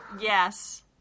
Yes